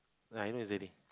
like I know it's Eddie